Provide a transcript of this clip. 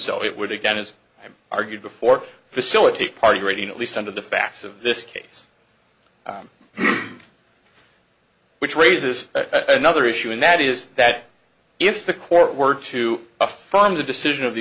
so it would again as argued before facilitate party writing at least under the facts of this case which raises another issue and that is that if the court were to affirm the decision of the